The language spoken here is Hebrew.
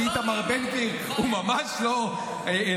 שאיתמר בן גביר הוא ממש לא אלוהים,